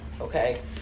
Okay